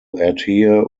adhere